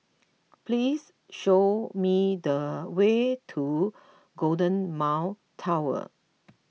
please show me the way to Golden Mile Tower